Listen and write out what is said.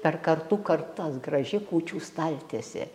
per kartų kartas graži kūčių staltiesė